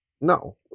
no